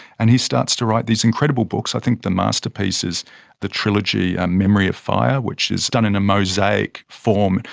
and he starts to write these incredible books. i think the masterpiece is the trilogy, ah memory of fire, which is done in a mosaic form,